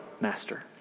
master